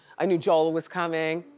i knew joel was coming